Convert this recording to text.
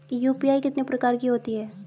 UPI कितने प्रकार की होती हैं?